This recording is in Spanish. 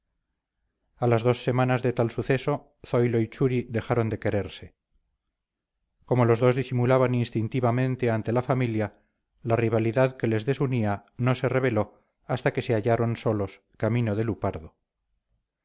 a las dos semanas de tal suceso zoilo y churi dejaron de quererse como los dos disimulaban instintivamente ante la familia la rivalidad que les desunía no se reveló hasta que se hallaron solos camino de lupardo